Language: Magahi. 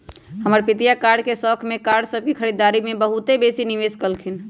हमर पितिया कार के शौख में कार सभ के खरीदारी में बहुते बेशी निवेश कलखिंन्ह